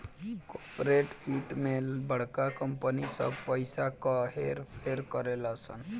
corporate वित्त मे बड़का कंपनी सब पइसा क हेर फेर करेलन सन